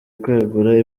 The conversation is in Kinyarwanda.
kwegura